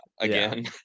again